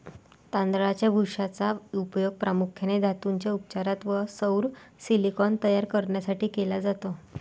तांदळाच्या भुशाचा उपयोग प्रामुख्याने धातूंच्या उपचारात व सौर सिलिकॉन तयार करण्यासाठी केला जातो